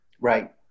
Right